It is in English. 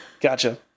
Gotcha